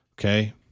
Okay